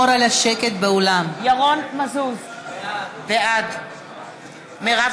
ירון מזוז, בעד מרב